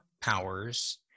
powers